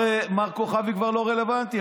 מר כוכבי כבר לא רלוונטי.